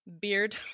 Beard